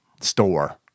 store